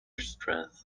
strengths